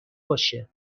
باشه